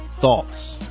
thoughts